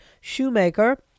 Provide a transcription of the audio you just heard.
Shoemaker